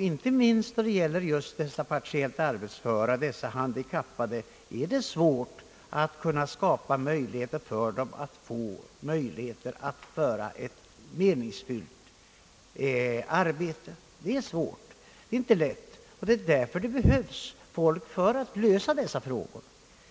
Inte minst när det gäller de partiellt arbetsföra och handikappade är det svårt att skapa möjligheter för ett meningsfyllt arbete. Det är inte lätt, och av den orsaken behövs det folk för att lösa dessa frågor.